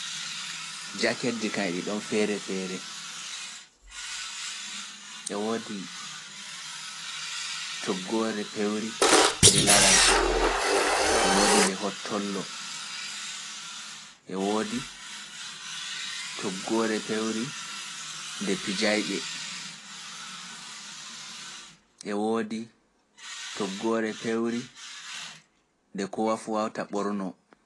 Jaketji kam e ɗon feere feere. E woodi toggoore pewri nde laral, e woodi nde hottollo, e woodi toggoore pewri nde pijaayɓe, e woodi toggoore pewri nde kowa fu wawta ɓorno.